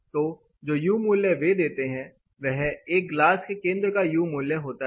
तो जो यू मूल्य वे देते हैं वह एक ग्लास के केंद्र का यू मूल्य होता है